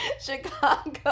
Chicago